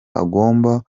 agomba